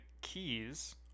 keys